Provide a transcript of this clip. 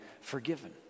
forgiven